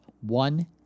one